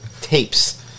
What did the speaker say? tapes